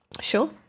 Sure